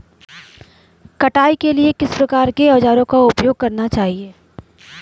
कटाई के लिए किस प्रकार के औज़ारों का उपयोग करना चाहिए?